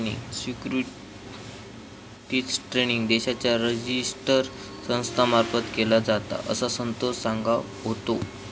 securities trading देशाच्या register संस्था मार्फत केलो जाता, असा संतोष सांगा होतो